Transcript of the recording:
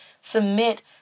submit